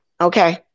Okay